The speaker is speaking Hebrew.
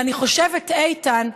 ואני חושבת, איתן,